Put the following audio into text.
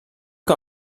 que